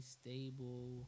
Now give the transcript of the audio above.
stable